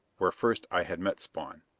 where first i had met spawn.